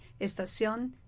Estación